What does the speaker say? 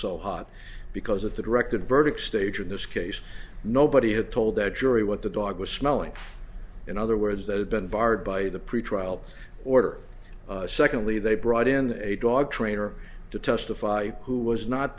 so hot because it's a directed verdict stage in this case nobody had told the jury what the dog was smelling in other words that had been barred by the pretrial order secondly they brought in a dog trainer to testify who was not